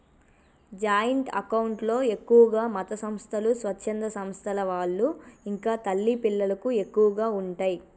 joint account లో ఎక్కువగా మతసంస్థలు, స్వచ్ఛంద సంస్థల వాళ్ళు ఇంకా తల్లి పిల్లలకు ఎక్కువగా ఉంటయ్